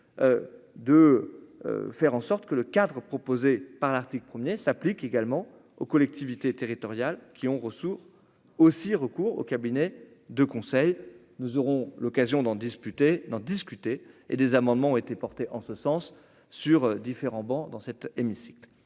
de faire en sorte que le cadre proposé par l'article promener s'applique également aux collectivités territoriales, qui ont reçu aussi recours aux cabinets de conseil, nous aurons l'occasion d'en disputer d'en discuter et des amendements ont été portés en ce sens sur différents bancs dans cet hémicycle